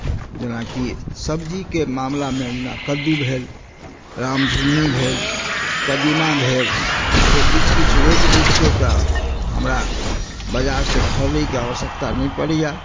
जेनाकि सब्जीके मामलामे जेना कद्दू भेल राम झुँगनी भेल कदीमा भेल ओ किछु किछु रोपि दैत छियै तऽ हमरा बजारसँ खरीदैके आवश्यकता नहि पड़ैए